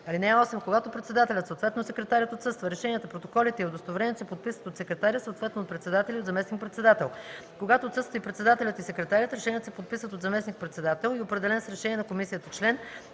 мнение. (8) Когато председателят, съответно секретарят отсъства, решенията, протоколите и удостоверенията се подписват от секретаря, съответно от председателя и от заместник-председател. Когато отсъстват и председателят, и секретарят, решенията се подписват от заместник-председател и определен с решение на комисията член,